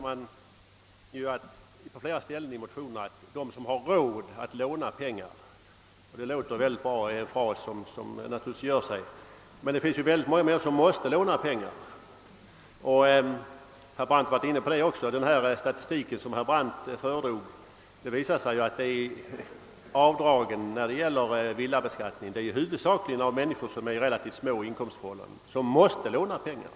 I motionerna talas på flera ställen om de människor som »har råd att låna pengar», och det är naturligtvis en fras som slår bra. Men många människor måste låna pengar. Den statistik som herr Brandt föredrog visar ju att avdragen för villabeskattning huvudsakligen göres av människor i relativt små inkomstförhållanden, människor som måste låna pengar.